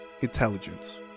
Intelligence